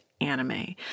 anime